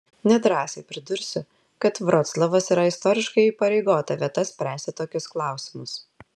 nedrąsiai pridursiu kad vroclavas yra istoriškai įpareigota vieta spręsti tokius klausimus